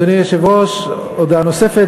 אדוני היושב-ראש, הודעה נוספת.